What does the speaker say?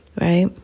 right